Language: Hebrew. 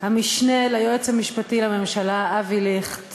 המשנה ליועץ המשפטי לממשלה אבי ליכט